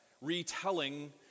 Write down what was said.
retelling